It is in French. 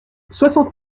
soixante